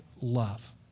love